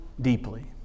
deeply